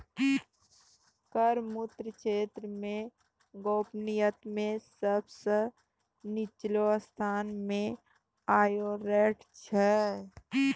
कर मुक्त क्षेत्र मे गोपनीयता मे सब सं निच्चो स्थान मे आयरलैंड छै